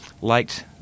liked